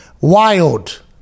wild